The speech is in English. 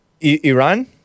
Iran